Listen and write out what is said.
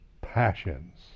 passions